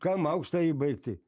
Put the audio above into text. kam aukštąjį baigti